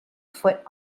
foot